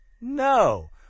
No